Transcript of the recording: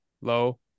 Low